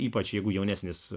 ypač jeigu jaunesnis